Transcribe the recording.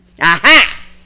Aha